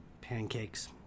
Pancakes